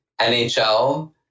NHL